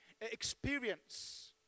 experience